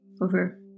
over